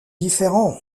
différents